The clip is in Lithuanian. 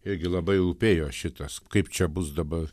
irgi labai rūpėjo šitas kaip čia bus dabar